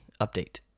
update